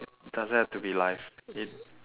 it doesn't have to be life it